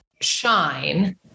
shine